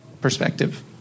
perspective